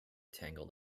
tangled